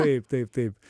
taip taip taip